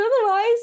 otherwise